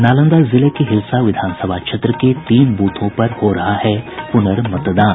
नालंदा जिले के हिलसा विधानसभा क्षेत्र के तीन बूथों पर हो रहा है पुनर्मतदान